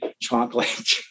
chocolate